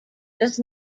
does